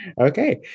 okay